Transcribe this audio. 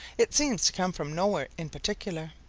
it seems to come from nowhere in particular.